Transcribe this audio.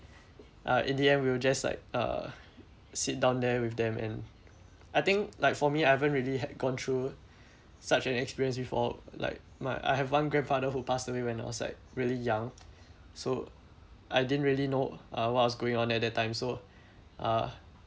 uh in the end we will just like uh sit down there with them and I think like for me I haven't really had gone through such an experience before like my I have one grandfather who passed away when I was like really young so I didn't really know uh what was going on at that time so uh